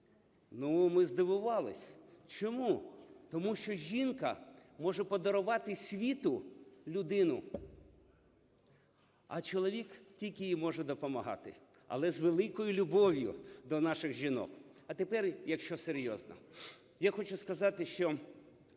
Ну, ми здивувались. Чому? Тому що жінка може подарувати світу людину, а чоловік тільки їй може допомагати, але з великою любов'ю до наших жінок. А тепер, якщо серйозно, я хочу сказати, що